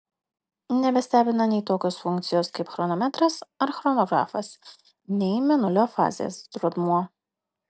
nebestebina nei tokios funkcijos kaip chronometras ar chronografas nei mėnulio fazės rodmuo